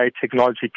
technology